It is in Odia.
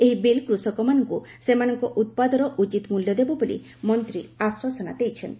ଏହି ବିଲ୍ କୂଷକମାନଙ୍କୁ ସେମାନଙ୍କର ଉତ୍ପାଦର ଉଚିତ୍ ମୂଲ୍ୟ ଦେବ ବୋଲି ମନ୍ତ୍ରୀ ଆଶ୍ୱାସନା ଦେଇଛନ୍ତି